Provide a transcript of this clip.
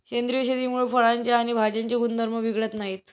सेंद्रिय शेतीमुळे फळांचे आणि भाज्यांचे गुणधर्म बिघडत नाहीत